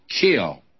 kill